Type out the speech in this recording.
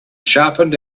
sharpened